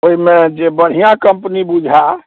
ओइमे जे बढ़िआँ कम्पनी बुझै